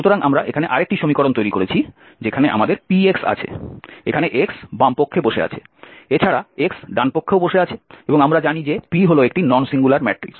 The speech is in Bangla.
সুতরাং আমরা এখানে আরেকটি সমীকরণ তৈরি করেছি যেখানে আমাদের Px আছে এখানে x বামপক্ষে বসে আছে এছাড়া x ডানপক্ষেও বসে আছে এবং আমরা জানি যে P হল একটি নন সিঙ্গুলার ম্যাট্রিক্স